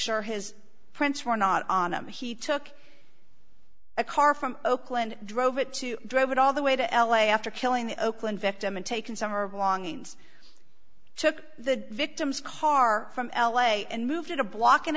sure his prints were not on him he took a car from oakland drove it to drove it all the way to l a after killing the oakland victim and taken some her belongings took the victim's car from l a and moved it a block and